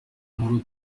nkuru